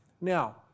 Now